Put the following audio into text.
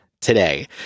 today